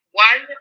One